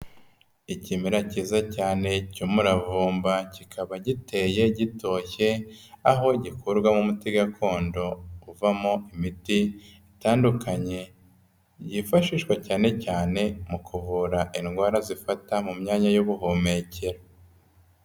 Ikimera cyiza cyane cy'umuravumba, kikaba giteye gitoshye, aho gikurwamo umuti gakondo uvamo imiti itandukanye yifashishwa cyane cyane mu kuvura indwara zifata mu myanya y'ubuhumekero.